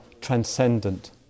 transcendent